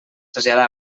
traslladà